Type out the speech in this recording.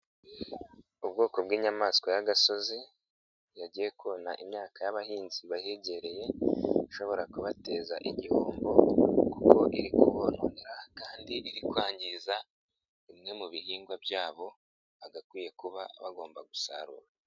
Ubwoko bw'inyamaswa y'agasozi yagiye kona imyaka y'abahinzi bahegereye ishobora kubateza igihombo kuko iri kubononera kandi iri kwangiza bimwe mu bihingwa byabo bagakwiye kuba bagomba gusarura.